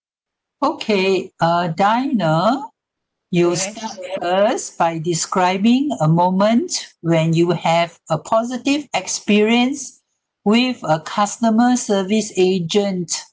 okay uh diana you start first by describing a moment when you have a positive experience with a customer service agent